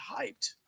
hyped